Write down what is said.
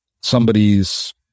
somebody's